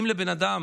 אם לבן אדם